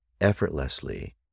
effortlessly